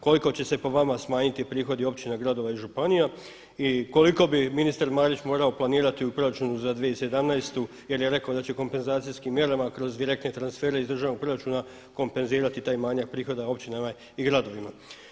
Koliko će se po vama smanjiti prihodi općina, gradova i županija i koliko bi ministar Marić morao planirati u proračunu za 2017. jer je rekao da će kompenzacijskim mjerama kroz direktne transfere iz državnog proračuna kompenzirati taj manjak prihoda općinama i gradovima.